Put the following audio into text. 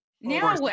Now